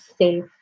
safe